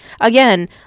Again